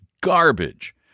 garbage